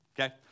okay